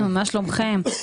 מה שלומכם?